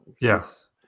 Yes